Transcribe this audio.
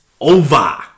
over